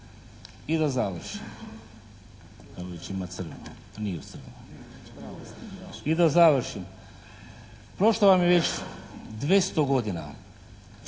još crveno. I da završim. Prošlo vam je već 200 godina